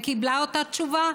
וקיבלה את אותה תשובה: